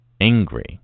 angry